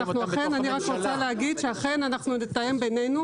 ואני רק רוצה להגיד שאכן אנחנו נתאם בינינו.